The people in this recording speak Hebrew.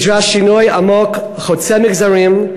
נדרש שינוי עמוק, חוצה מגזרים,